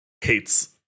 hates